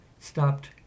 stopped